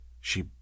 She